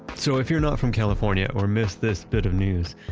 so if you're not from california, or missed this bit of news,